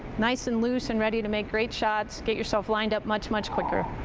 nice and loose and ready to make great shots. get yourself lined up much, much quicker.